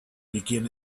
begin